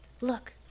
Look